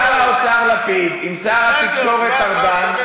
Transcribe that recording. שר האוצר לפיד ושר התקשורת ארדן,